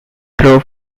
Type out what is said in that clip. drove